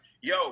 Yo